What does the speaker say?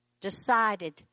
decided